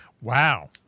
wow